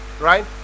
right